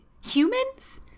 humans